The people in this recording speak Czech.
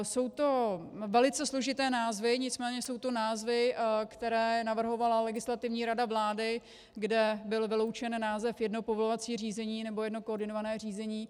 Jsou to velice složité názvy, nicméně jsou to názvy, které navrhovala Legislativní rada vlády, kde byl vyloučen název jedno povolovací řízení nebo jedno koordinované řízení.